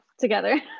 together